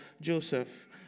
Joseph